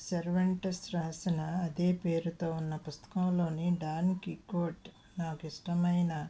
సర్వెంటర్స్ రాసిన అదే పేరుతో ఉన్న పుస్తకంలోని డాన్ డి కోడ్ నాకు ఇష్టమైన